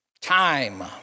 Time